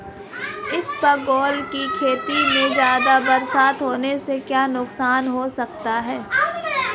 इसबगोल की खेती में ज़्यादा बरसात होने से क्या नुकसान हो सकता है?